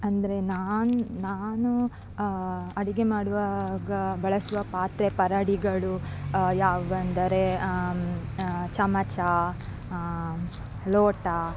ಅಂದರೆ ನಾನು ನಾನು ಅಡಿಗೆ ಮಾಡುವಾಗ ಬಳಸುವ ಪಾತ್ರೆ ಪರಡಿಗಳು ಯಾವುವೆಂದರೆ ಚಮಚ ಲೋಟ